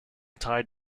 tied